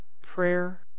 prayer